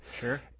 sure